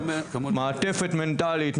מעטפת מנטלית,